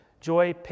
Joy